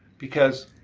because,